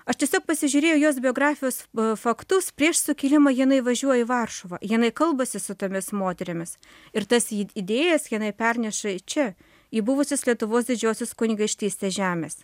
aš tiesiog pasižiūrėjau jos biografijos faktus prieš sukilimą jinai važiuoja į varšuvą jinai kalbasi su tomis moterimis ir tas idėjas jinai perneša į čia į buvusius lietuvos didžiosios kunigaikštystės žemes